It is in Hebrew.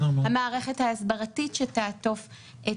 המערכת ההסברתית שתעטוף,